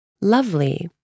lovely